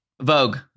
Vogue